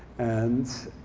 and